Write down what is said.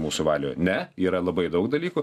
mūsų valioje ne yra labai daug dalykų